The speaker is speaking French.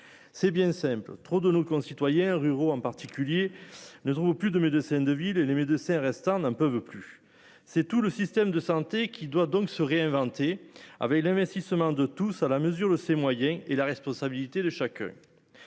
C'est bien simple, trop de nos concitoyens ruraux en particulier ne trouve plus de médecins de ville et les médecins restant d'un peu plus. C'est tout le système de santé, qui doit donc se réinventer avec l'investissement de tous à la mesure de ses moyens et la responsabilité de chacun.